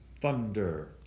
Thunder